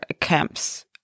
camps